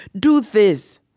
do this,